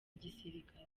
gisirikare